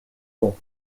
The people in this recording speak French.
ans